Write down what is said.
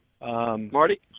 Marty